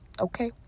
okay